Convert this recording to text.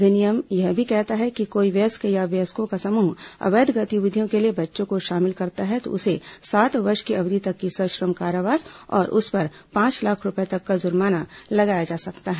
अधिनियम यह भी कहता है कि कोई व्यस्क या व्यस्कों का समूह अवैध गतिविधियों के लिये बच्चों को शामिल करता है तो उसे सात वर्ष की अवधि तक की सश्रम कारावास और उस पर पांच लाख रुपये तक का जुर्माना लगाया जा सकता है